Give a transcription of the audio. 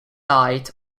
sight